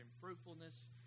fruitfulness